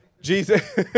Jesus